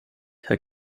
herr